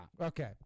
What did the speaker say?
Okay